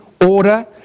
order